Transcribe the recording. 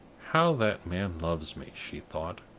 how that man loves me! she thought.